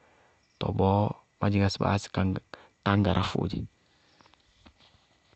Tɔɔ bɔɔ má dzɩñŋá sɩ baá yá sɩ káñgaráfʋʋ dzɛ.